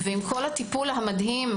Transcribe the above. ועם כל הטיפול המדהים,